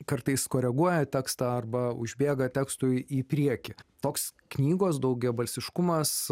kartais koreguoja tekstą arba užbėga tekstui į priekį toks knygos daugiabalsiškumas